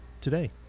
Today